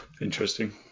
Interesting